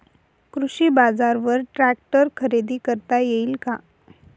कृषी बाजारवर ट्रॅक्टर खरेदी करता येईल का?